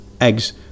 eggs